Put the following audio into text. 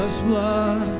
blood